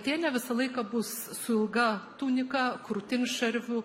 atėnė visą laiką bus su ilga tunika krūtinšarviu